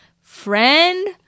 friend